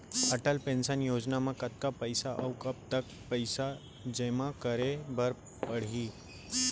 Atal pension Yojana म कतका पइसा, अऊ कब तक पइसा जेमा करे ल परही?